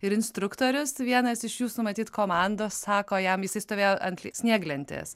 ir instruktorius vienas iš jūsų matyt komandos sako jam jisai stovėjo ant snieglentės